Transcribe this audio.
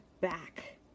back